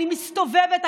אני מסתובבת,